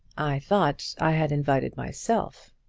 i thought i had invited myself.